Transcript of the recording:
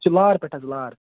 أسۍ چھِ لار پٮ۪ٹھ حظ لار